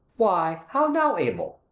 why, how now, abel!